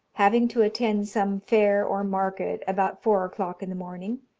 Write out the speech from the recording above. having to attend some fair or market, about four o'clock in the morning,